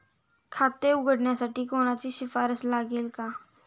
खाते उघडण्यासाठी कोणाची शिफारस लागेल का?